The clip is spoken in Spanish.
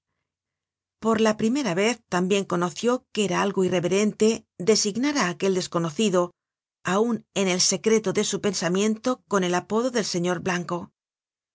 por la primera vez tambien conoció que era algo irreverente designar á aquel desconocido aun en el secreto de su pensamiento con el apodo del señor blanco